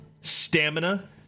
stamina